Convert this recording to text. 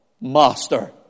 Master